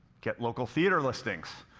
get local theater listings,